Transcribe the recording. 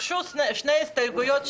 הוגשו שני הסתייגויות.